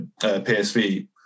PSV